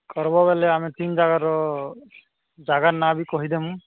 କର୍ବ ବଲେ ଆମେ ତିନ୍ ଜାଗାର ଜାଗାର୍ ନାଁ ବି କହିଦେମୁ